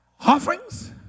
offerings